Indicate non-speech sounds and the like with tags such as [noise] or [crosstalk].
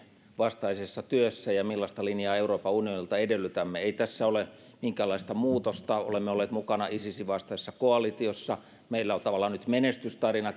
vastaisessa työssä ja millaista linjaa euroopan unionilta edellytämme ei tässä ole minkäänlaista muutosta olemme olleet mukana isisin vastaisessa koalitiossa meillä on tavallaan nyt menestystarina [unintelligible]